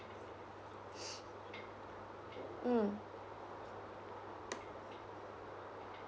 mm